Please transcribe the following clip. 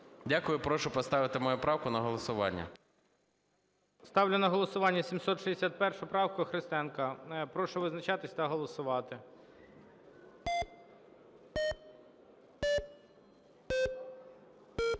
Дякую. Прошу поставити мою правку на голосування. ГОЛОВУЮЧИЙ. Ставлю на голосування 761 правку Христенка. Прошу визначатися та голосувати.